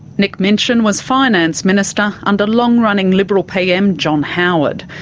nick minchin was finance minister under long-running liberal pm john howard.